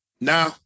now